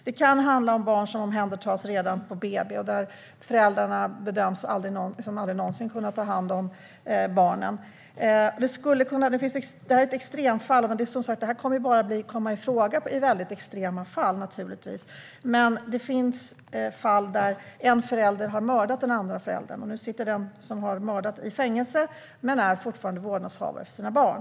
Det kan handla om barn som omhändertas redan på BB där föräldrarna bedöms aldrig någonsin kunna ta hand om barnen. Detta är ett extremfall, och det kommer naturligtvis bara att komma i fråga i väldigt extrema fall. Men det finns fall där en förälder har mördat den andra föräldern, och nu sitter den som har mördat i fängelse men är fortfarande vårdnadshavare för sina barn.